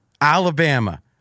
Alabama